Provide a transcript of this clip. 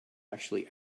actually